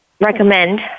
recommend